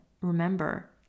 Remember